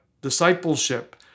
discipleship